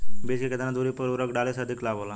बीज के केतना दूरी पर उर्वरक डाले से अधिक लाभ होला?